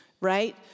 right